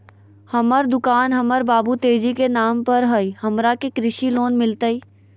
हमर दुकान हमर बाबु तेजी के नाम पर हई, हमरा के कृषि लोन मिलतई?